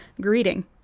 greeting